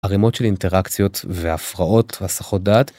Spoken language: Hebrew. ערימות של אינטראקציות, והפרעות והסחות דעת.